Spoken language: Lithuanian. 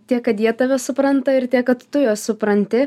tiek kad jie tave supranta ir tiek kad tu juos supranti